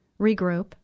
regroup